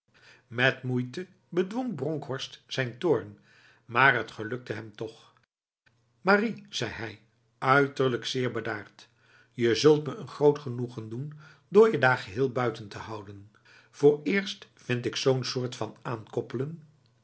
met moeite bedwong bronkhorst zijn toorn maar het gelukte hem toch marie zei hij uiterlijk zeer bedaard je zult me een groot genoegen doen door je daar geheel buiten te houden vooreerst vind ik zo'n soort van aankoppelen